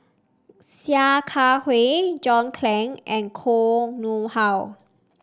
Sia Kah Hui John Clang and Koh Nguang How